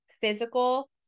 physical